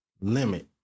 limit